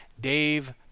Dave